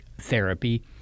therapy